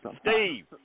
Steve